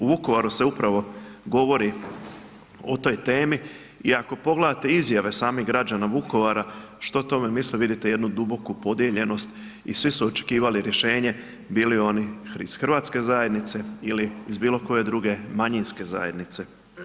U Vukovaru se upravo govori o toj temi i ako pogledajte izjave samih građana Vukovara što o tome misle, vidite jednu duboku podijeljenost i svi su očekivali rješenje, bili oni ih hrvatske zajednice ili iz bilo koje druge manjinske zajednice.